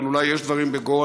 אבל אולי יש דברים בגו,